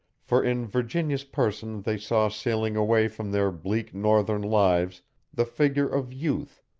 for in virginia's person they saw sailing away from their bleak northern lives the figure of youth,